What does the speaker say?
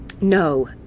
No